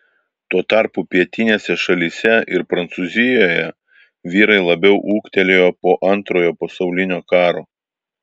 tuo tarpu pietinėse šalyse ir prancūzijoje vyrai labiau ūgtelėjo po antrojo pasaulinio karo